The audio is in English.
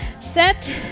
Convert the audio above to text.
set